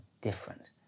different